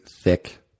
thick